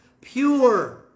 Pure